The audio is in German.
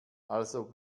also